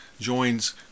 joins